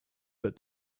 but